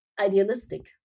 idealistic